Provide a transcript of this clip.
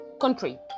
country